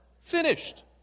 Finished